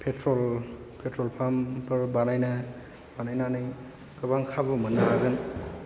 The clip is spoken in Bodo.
पेट्र'ल पाम्पफोर बानायनानै गोबां खाबु मोननो हागोन